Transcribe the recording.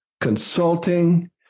consulting